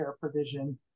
provision